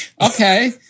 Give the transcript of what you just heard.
Okay